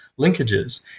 linkages